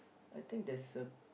I think there's a